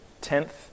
tenth